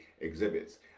exhibits